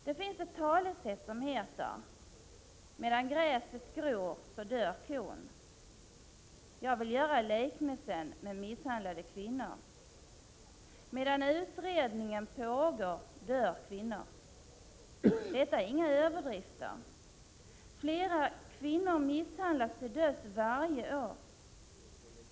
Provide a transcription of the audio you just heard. Det finns ett talesätt som lyder: ”Medan gräset gror dör kon.” Jag vill göra en liknelse med misshandlade kvinnor. Medan utredningen pågår dör kvinnorna. Det är ingen överdrift. Flera kvinnor misshandlas till döds varje år.